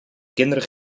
kinderen